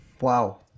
Wow